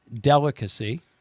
delicacy